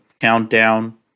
countdown